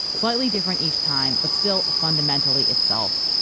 slightly different each time but still fundamentally itself,